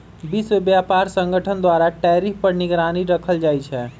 विश्व व्यापार संगठन द्वारा टैरिफ पर निगरानी राखल जाइ छै